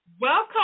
Welcome